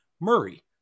Murray